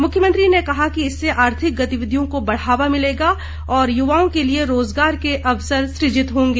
मुख्यमंत्री ने कहा कि इससे आर्थिक गतिविधियों को बढ़ावा मिलेगा और युवाओं को रोज़गार के अवसर सृजित होंगे